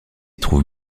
trouve